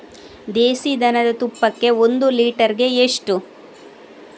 ದೇಸಿ ದನದ ತುಪ್ಪಕ್ಕೆ ಒಂದು ಲೀಟರ್ಗೆ ಎಷ್ಟು?